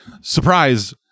surprise